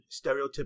stereotypical